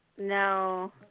No